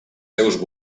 seus